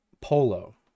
polo